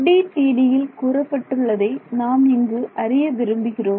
FDTDல் கூறப்பட்டுள்ளதை நாம் இங்கு அறிய விரும்புகிறோம்